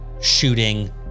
shooting